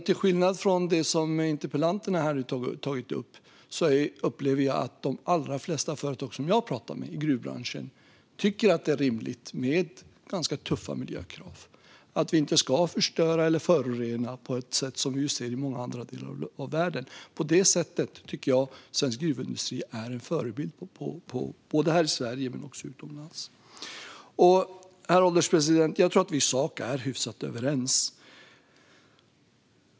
Till skillnad från interpellanten upplever jag att de allra flesta företag i gruvbranschen tycker att det är rimligt med ganska tuffa miljökrav och att de inte vill förstöra eller förorena på det sätt som vi ser i många andra delar av världen. På det sättet är svensk gruvindustri är en förebild både här och utomlands. Herr ålderspresident! Jag tror att vi i sak är hyfsat överens.